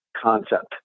concept